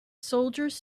soldiers